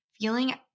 feeling